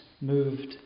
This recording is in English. moved